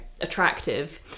attractive